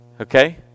Okay